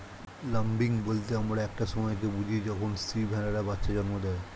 lambing বলতে আমরা একটা সময় কে বুঝি যখন স্ত্রী ভেড়ারা বাচ্চা জন্ম দেয়